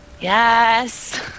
Yes